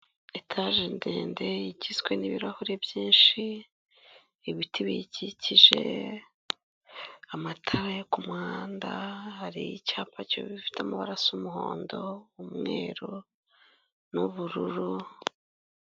Etaje ndende igizwe n'ibirahure byinshi, ibiti biyikikije, amatara yo ku muhanda hari icyapa gifite abara asa umuhondo, umweru n'ubururu.